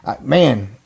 man